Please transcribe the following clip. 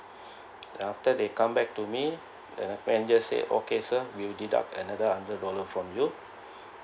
after they come back to me and the manager say okay sir we will deduct another hundred dollar for you